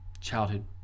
Childhood